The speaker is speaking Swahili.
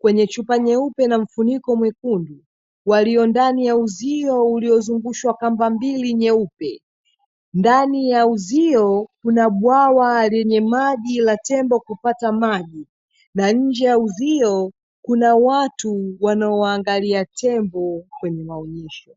kwenye chupa nyeupe na mfuniko mwekundu, walio ndani ya uzio uliozungushwa kamba mbili nyeupe. Ndani ya uzio kuna bwawa lenye maji la tembo kupata maji, na nje ya uzio kuna watu wanaowangalia tembo kwenye maonyesho.